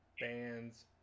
bands